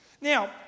Now